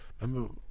remember